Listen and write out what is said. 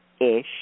ish